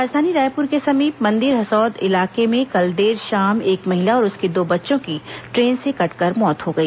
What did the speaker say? राजधानी रायपुर के समीप मंदिर हसौद इलाके में कल देर शाम एक महिला और उसके दो बच्चों की ट्रेन से कटकर मौत हो गई